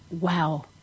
wow